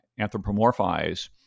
Anthropomorphize